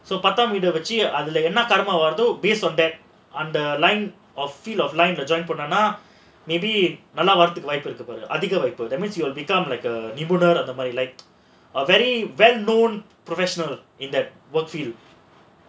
so பத்தாம் வீடு வச்சி அதுல என்ன கரும வருதோ:pathaam veedu vachi adhula enna karuma varutho based on அந்த:andha maybe நல்லா வரதுக்கு வாய்ப்பிருக்கு பாரு:nalla varathukku vaaipirukku paaru that means you will become like நிபுணர் அந்த மாதிரி:nibunar andha maadhiri like a very well known professional in that work for you